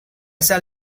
shall